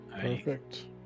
Perfect